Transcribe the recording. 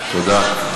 תודה.